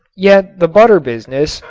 yet the butter business,